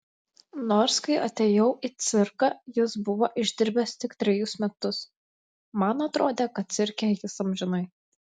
nors kai atėjau į cirką jis buvo išdirbęs tik trejus metus man atrodė kad cirke jis amžinai